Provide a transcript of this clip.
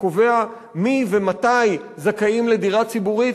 שקובע מי ומתי זכאים לדירה ציבורית,